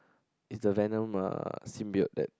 is the venom uh sin build that